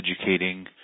educating